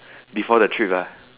before the trip